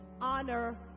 honor